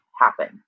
happen